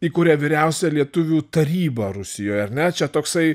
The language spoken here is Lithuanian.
įkuria vyriausią lietuvių tarybą rusijoj ar ne čia toksai